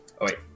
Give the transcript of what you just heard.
wait